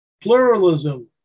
Pluralism